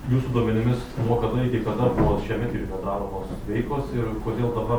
jūsų duomenimis nuo kada iki kada buvo šiame tyrime daromos veikos ir kodėl dabar